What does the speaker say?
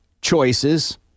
choices